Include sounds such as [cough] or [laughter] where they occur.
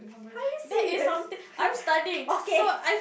are you serious [laughs] okay